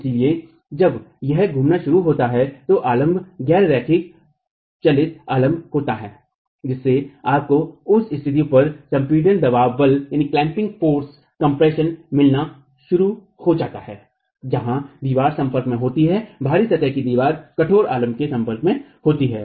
इसलिए जब से यह घूमना शुरू होता है तो अलम्ब गैर रेखिक चालित आलम्ब होते हैं जिससे आपको उस स्तिथि पर संपीडन दवाब बल मिलना शुरू हो जाता है जहाँ दीवार संपर्क में होती है बाहरी सतह कि दीवार कठोर आलम्ब के सम्पर्क में होती है